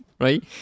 Right